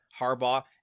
Harbaugh